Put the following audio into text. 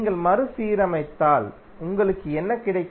நீங்கள் மறுசீரமைத்தால் உங்களுக்கு என்ன கிடைக்கும்